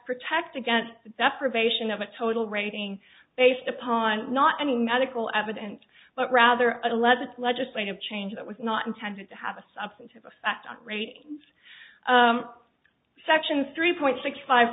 protect against that probation of a total rating based upon not any medical evidence but rather a legit legislative change that was not intended to have a substantive effect on ratings sections three point six five